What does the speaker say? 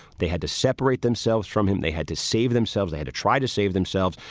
they had to separate themselves from him. they had to save themselves. they had to try to save themselves.